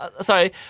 Sorry